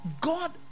God